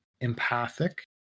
empathic